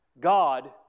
God